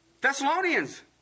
Thessalonians